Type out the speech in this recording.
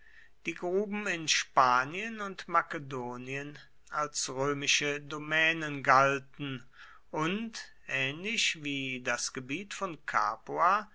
die gruben in spanien und makedonien als römische domänen galten und ähnlich wie das gebiet von capua